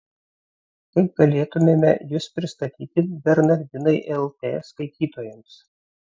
kaip galėtumėme jus pristatyti bernardinai lt skaitytojams